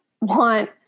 want